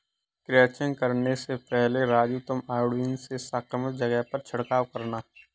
crutching करने से पहले राजू तुम आयोडीन से संक्रमित जगह पर छिड़काव करना